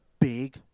big